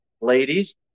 Ladies